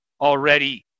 already